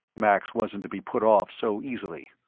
max wasn't to be put off so easily.